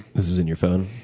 this is in your phone?